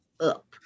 up